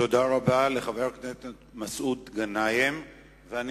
תודה רבה לחבר הכנסת מסעוד גנאים מסיעת רע"ם-תע"ל.